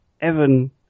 Evan